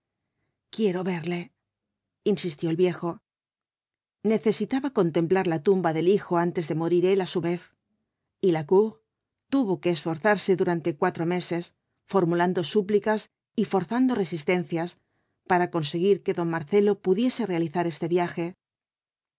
quiero verle insistió el viejo necesitaba contemplar la tumba del hijo antes de morir él á su vez y lacour tuvo que esforzarse durante cuatro meses formulando súplicas y forzando resistencias para conseguir que don marcelo pudiese realizar este viaje